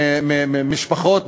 ממשפחות,